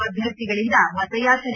ಅಭ್ವರ್ಥಿಗಳಿಂದ ಮತಯಾಚನೆ